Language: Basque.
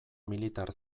militar